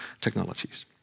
technologies